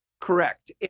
Correct